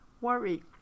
worry